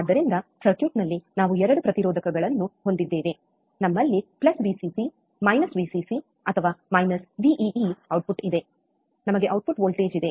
ಆದ್ದರಿಂದ ಸರ್ಕ್ಯೂಟ್ನಲ್ಲಿ ನಾವು ಎರಡು ಪ್ರತಿರೋಧಕಗಳನ್ನು ಹೊಂದಿದ್ದೇವೆ ನಮ್ಮಲ್ಲಿ ವಿಸಿಸಿVcc ವಿಸಿಸಿ ಅಥವಾ ವಿಇಇ ಔಟ್ಪುಟ್ ಇದೆ ನಮಗೆ ಔಟ್ಪುಟ್ ವೋಲ್ಟೇಜ್ ಇದೆ